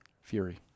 Fury